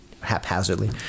haphazardly